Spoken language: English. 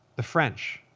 the french,